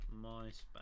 MySpace